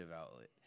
outlet